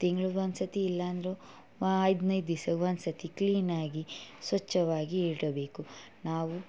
ತಿಂಗ್ಳುಗೊಂದು ಸತಿ ಇಲ್ಲಾಂದ್ರು ವಾ ಹದಿನೈದು ದಿವ್ಸಕ್ ಒಂದು ಸತಿ ಕ್ಲೀನಾಗಿ ಸ್ವಚ್ಚವಾಗಿ ಇಡಬೇಕು ನಾವು